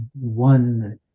one